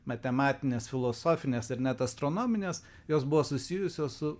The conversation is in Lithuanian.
matematinės filosofinės ir net astronominės jos buvo susijusios su